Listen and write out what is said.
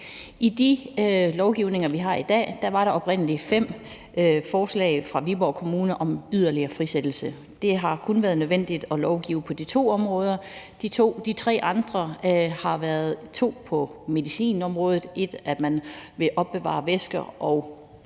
I den lovgivning, vi har i dag, var der oprindelig fem forslag fra Viborg Kommune om yderligere frisættelse, og det har kun været nødvendigt at lovgive på de to områder. De tre andre har været to på medicinområdet: Det ene har været, at man vil opbevare væsker og